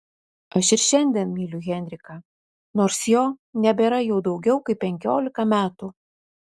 aš ir šiandien myliu henriką nors jo nebėra jau daugiau kaip penkiolika metų